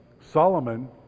Solomon